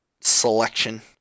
selection